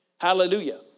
Hallelujah